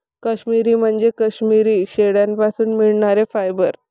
काश्मिरी म्हणजे काश्मिरी शेळ्यांपासून मिळणारे फायबर